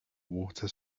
water